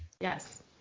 Yes